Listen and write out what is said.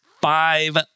five